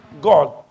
God